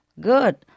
good